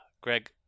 Greg